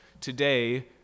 today